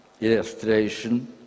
illustration